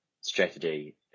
strategy